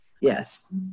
Yes